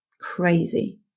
Crazy